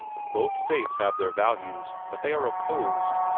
both states have their values, but they are opposed.